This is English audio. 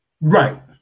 Right